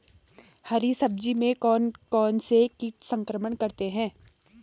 हरी सब्जी में कौन कौन से कीट संक्रमण करते हैं?